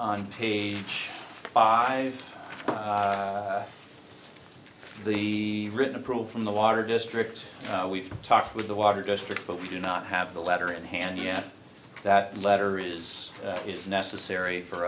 on page five the written approval from the water district we've talked with the water district but we do not have the letter in hand yet that letter is it is necessary for